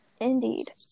Indeed